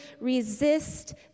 resist